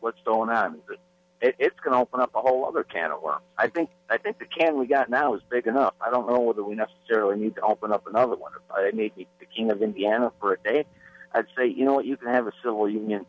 what's going on it's going to open up a whole other can of worms i think i think we can we've got now is big enough i don't know whether we necessarily need to open up another one of the king of indiana for a day and say you know what you can have a civil union